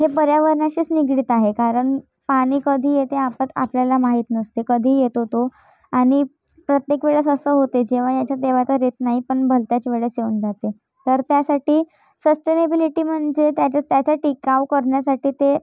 हे पर्यावरणाशीच निगडीत आहे कारण पाणी कधी येते आपत् आपल्याला माहीत नसते कधी येतो तो आणि प्रत्येक वेळेस असं होते जेव्हा याचं तेव्हा तर येत नाही पण भलत्याच वेळेस येऊन जाते तर त्यासाठी सस्टेनेबिलीटी म्हणजे त्याच्यास त्याचा टिकाव करण्यासाठी ते